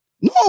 no